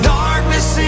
darkness